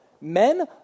Men